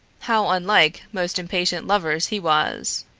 how unlike most impatient lovers he was!